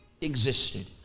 existed